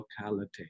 locality